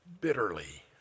bitterly